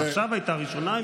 עכשיו הייתה ראשונה.